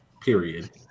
period